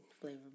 flavor